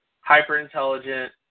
hyper-intelligent